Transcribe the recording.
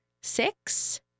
six